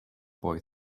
boy